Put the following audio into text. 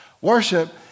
Worship